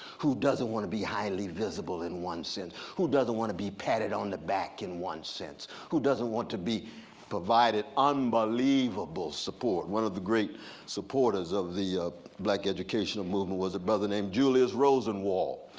who doesn't want to be highly visible in one sense? who doesn't want to be patted on the back in one sense? who doesn't want to be provided unbelievable support, one of the great supporters of the black educational movement was a brother named julius rosenwald.